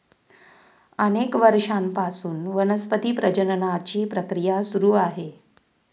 अनेक वर्षांपासून वनस्पती प्रजननाची प्रक्रिया सुरू आहे